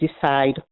decide